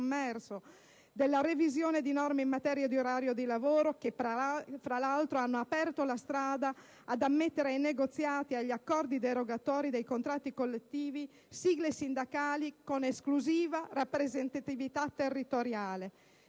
della revisione delle norme in materia di orario di lavoro, che - fra l'altro - hanno aperto la strada alla possibilità di ammettere ai negoziati e agli accordi derogatori dei contratti collettivi sigle sindacali con esclusiva rappresentatività territoriale;